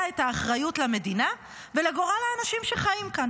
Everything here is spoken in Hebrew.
את האחריות למדינה ולגורל האנשים שחיים כאן.